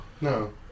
No